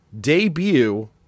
debut